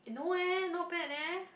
no eh not bad leh